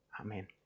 Amen